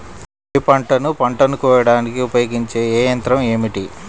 వరిపంటను పంటను కోయడానికి ఉపయోగించే ఏ యంత్రం ఏమిటి?